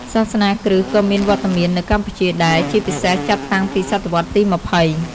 សាសនាគ្រីស្ទក៏មានវត្តមាននៅកម្ពុជាដែរ ជាពិសេសចាប់តាំងពីសតវត្សរ៍ទី ២០។